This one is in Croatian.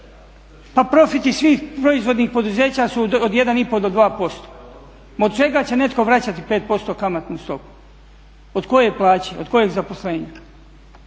Pa profiti svih proizvodnih poduzeća su od 1,5 do 2%. Ma od čega će netko vraćati 5% kamatnu stopu, od koje plaće, od kojeg zaposlenja,